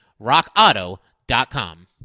rockauto.com